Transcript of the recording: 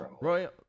Royal